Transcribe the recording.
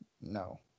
No